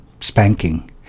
spanking